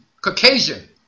Caucasian